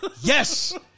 Yes